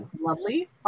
lovely